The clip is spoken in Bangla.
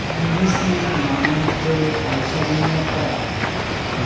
ইনভেস্টমেন্ট মানে হল পয়সা বিনিয়োগ করা